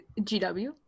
GW